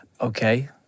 okay